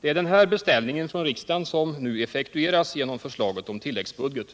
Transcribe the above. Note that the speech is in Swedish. Det är denna beställning från riksdagen som nu effektueras genom förslaget om tilläggsbudget.